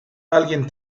alguien